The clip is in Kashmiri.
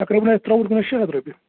تقریباً آسہِ تراوُٹ گاڈ شےٚ ہتھ رۄپیہِ